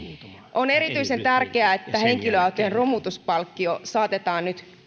on erityisen tärkeää että henkilöautojen romutuspalkkio saatetaan nyt